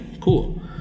cool